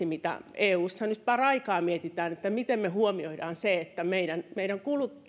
mitä eussa nyt paraikaa mietitään miten me huomioimme sen että meidän meidän